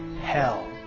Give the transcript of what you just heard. hell